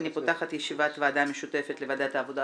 אני פותחת את ישיבת הוועדה המשותפת לוועדת העבודה,